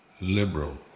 liberal